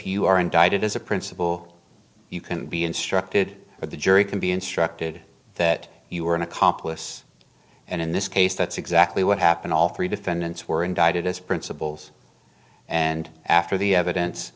you are indicted as a principal you can be instructed but the jury can be instructed that you are an accomplice and in this case that's exactly what happened all three defendants were indicted as principals and after the evidence